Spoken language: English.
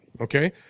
Okay